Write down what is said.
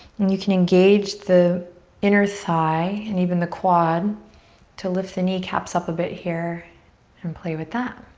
you can engage the inner thigh and even the quad to lift the kneecaps up a bit here and play with that.